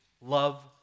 love